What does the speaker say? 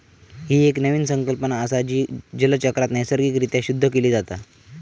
ही एक नवीन संकल्पना असा, जी जलचक्रात नैसर्गिक रित्या शुद्ध केली जाता